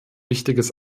wichtiges